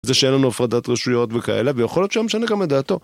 זה שאין לנו הפרדת רשויות וכאלה, ויכול להיות שהיה משנה גם את דעתו.